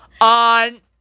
on